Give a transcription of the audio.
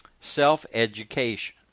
Self-education